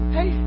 Hey